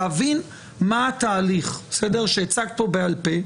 להבין מה התהליך שהצגת פה בעל פה.